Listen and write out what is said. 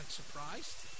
surprised